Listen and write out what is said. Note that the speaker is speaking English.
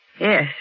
Yes